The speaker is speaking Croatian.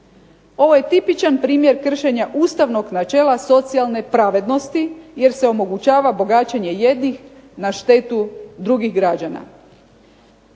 Ovo je tipičan primjer kršenja ustavnog načela socijalne pravednosti jer se omogućava bogaćenje jednih na štetu drugih građana.